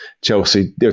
Chelsea